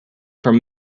from